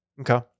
Okay